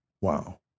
Wow